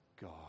God